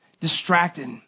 distracted